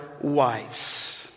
wives